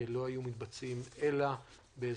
לא היו מתבצעים, אלא בעזרתכם.